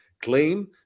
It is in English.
claim